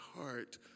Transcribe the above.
heart